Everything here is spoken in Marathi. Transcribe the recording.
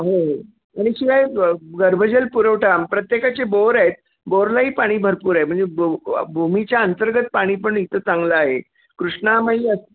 हो हो आणि शिवाय गर्भजल पुरवठा प्रत्येकाचे बोर आहेत बोरलाही पाणी भरपूर आहे म्हणजे भूमीच्या अंतर्गत पाणी पण इथं चांगलं आहे कृष्णामाई